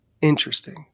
interesting